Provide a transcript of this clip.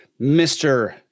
Mr